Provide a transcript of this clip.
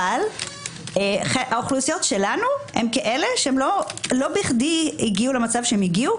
אבל האוכלוסיות שלנו הן כאלה שלא בכדי הגיעו למצב שהגיעו.